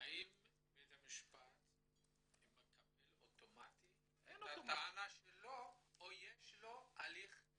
האם בית המשפט מקבל אוטומטית את הטענה שלו או שיש לו הליך הוכחות?